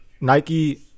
nike